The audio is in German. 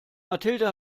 mathilde